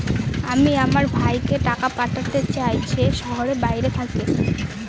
আমি আমার ভাইকে টাকা পাঠাতে চাই যে শহরের বাইরে থাকে